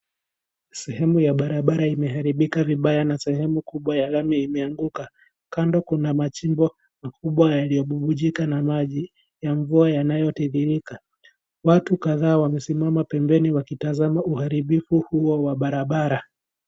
Sehemu ya barabara imeharibika vibaya na sehemu kubwa ya lami imeanguka. Kando kuna majimbo makubwa yaliyobubujika na maji ya mvua yanayotiririka. Watu kadhaa wamesimama pembeni wakitazama uharibifu huo wa barabara.